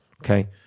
Okay